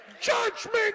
Judgment